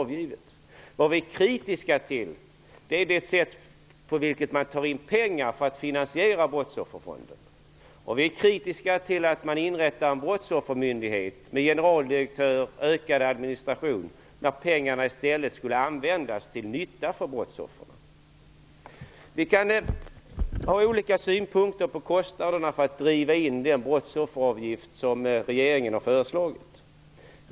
Vi är kritiska mot det sätt på vilket man tar in pengar för att finansiera brottsofferfonden. Vi är kritiska till att man inrättar en brottsoffermyndighet med en generaldirektör och en ökad administration. Pengarna skulle i stället användas till nytta för brottsoffren. Vi kan ha olika synpunkter på kostnaderna för att driva in den brottsofferavgift som regeringen har föreslagit.